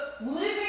living